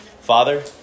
Father